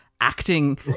Acting